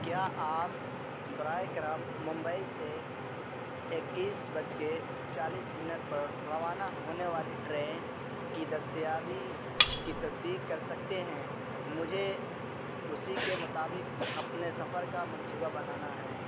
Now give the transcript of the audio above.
کیا آپ برائے کرم ممبئی سے اکیس بج کے چالیس منٹ پر روانہ ہونے والی ٹرین کی دستیابی کی تصدیق کر سکتے ہیں مجھے اسی کے مطابق اپنے سفر کا منصوبہ بنانا ہیں